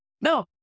no